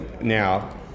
now